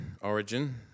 origin